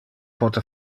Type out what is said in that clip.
pote